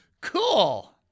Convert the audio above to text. Cool